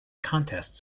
contests